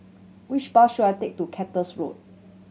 which bus should I take to Cactus Road